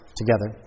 together